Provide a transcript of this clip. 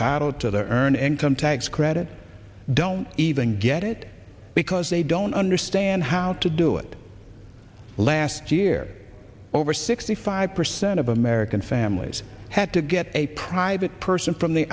titled to the earn income tax credit don't even get it because they don't understand how to do it last year over sixty five percent of american families had to get a private person from the